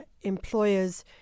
employers